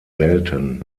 selten